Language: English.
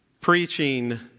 preaching